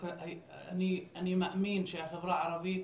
אני מאמין שהחברה הערבית